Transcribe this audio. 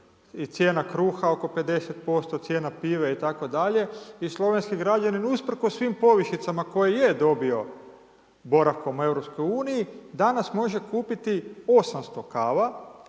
i cijena kruha oko 50%, cijena pive itd., i slovenski građanin usprkos svim povišicama koje je dobio boravkom u EU-u, danas može kupiti 800 kava